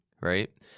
right